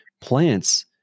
plants